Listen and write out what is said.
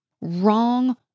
wrong